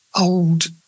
old